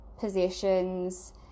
possessions